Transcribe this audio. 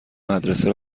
مدرسه